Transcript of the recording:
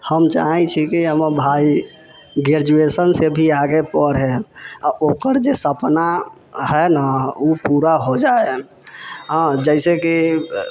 हम चाहैत छी कि हमर भाय ग्रैजूएशन से भी आगे पढ़े आ ओकर जे सपना है ने ओ पूरा हो जाय हँ जैसेकि